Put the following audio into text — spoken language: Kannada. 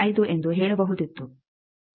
5 ಎಂದು ಹೇಳಬಹುದಿತ್ತು